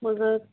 मग